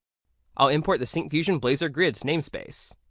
i'll import the syncfusion blazor grids namespace.